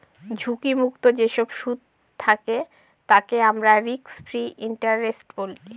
ঝুঁকি মুক্ত যেসব সুদ থাকে তাকে আমরা রিস্ক ফ্রি ইন্টারেস্ট বলি